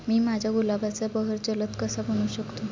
मी माझ्या गुलाबाचा बहर जलद कसा बनवू शकतो?